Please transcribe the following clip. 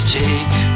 take